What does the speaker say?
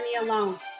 alone